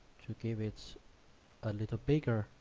to give it a little bigger,